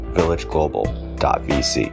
villageglobal.vc